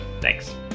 Thanks